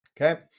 okay